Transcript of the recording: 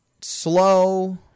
slow